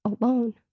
alone